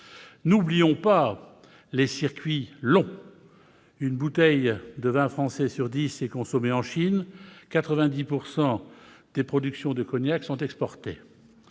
N'oublions pas les circuits longs ! Une bouteille sur dix de vin français est consommée en Chine et 90 % des productions de cognac sont exportées